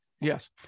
Yes